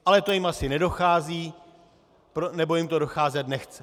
Ale to jim asi nedochází, nebo jim to docházet nechce.